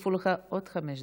הוסיפו לך עוד חמש דקות.